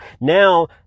now